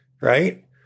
right